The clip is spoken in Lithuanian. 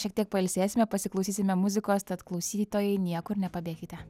šiek tiek pailsėsime pasiklausysime muzikos tad klausytojai niekur nepabėkite